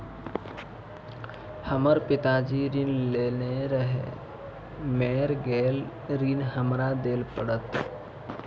हमर पिताजी ऋण लेने रहे मेर गेल ऋण हमरा देल पड़त?